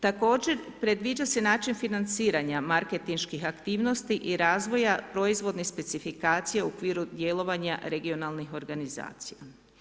Također predviđa se način financiranja marketinških aktivnosti i razvoja proizvodne specifikacije u okviru djelovanja regionalnih organizacija.